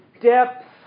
depth